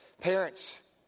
Parents